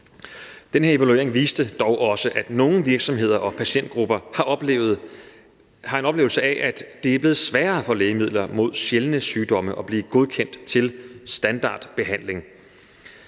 Den her evaluering viste dog også, at nogle virksomheder og patientgrupper har en oplevelse af, at det er blevet sværere at få lægemidler mod sjældne sygdomme til at blive godkendt til standardbehandling.